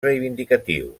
reivindicatiu